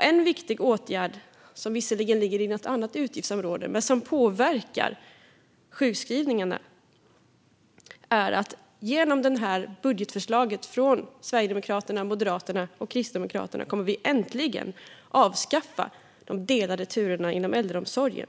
En viktig åtgärd, som visserligen ligger inom ett annat utgiftsområde men som påverkar sjukskrivningarna, är att vi genom budgetförslaget från Sverigedemokraterna, Moderaterna och Kristdemokraterna äntligen kommer att avskaffa de delade turerna inom äldreomsorgen.